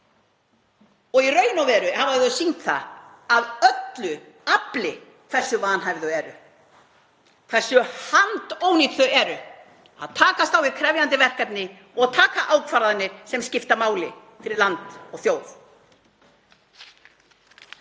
og í raun og veru hafa þau sýnt það af öllu afli hversu vanhæf þau eru, hversu handónýt þau eru að takast á við krefjandi verkefni og taka ákvarðanir sem skipta máli fyrir land og þjóð.